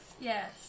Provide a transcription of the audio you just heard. Yes